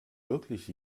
wirklich